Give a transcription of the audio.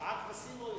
שבעה כבשים, או יותר?